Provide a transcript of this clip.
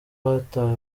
batawe